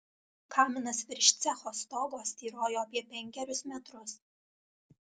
kaminas virš cecho stogo styrojo apie penkerius metrus